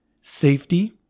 Safety